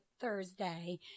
Thursday